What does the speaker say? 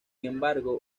embargo